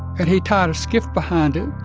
and he tied a skiff behind it,